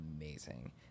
amazing